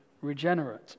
regenerate